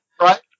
Right